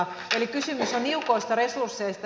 eli kysymys on niukoista resursseista